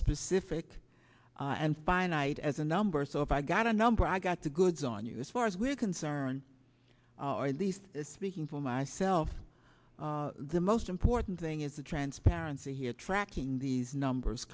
specific and finite as a number so if i got a number i got the goods on you as far as we're concerned or least speaking for myself the most important thing is the transparency here tracking these numbers